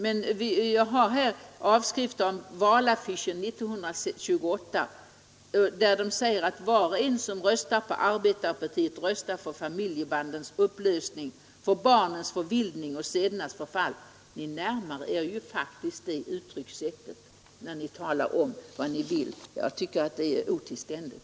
Jag har här en avskrift av valaffischen från 1928, där det sägs att var och en som röstar på arbetarepartiet röstar för familjebandets upplösning, på barnens förvildning och sedernas förfall. Ni närmar er ju faktiskt det uttryckssättet när ni nu talar om vad ni vill. Jag tycker att det är otillständigt.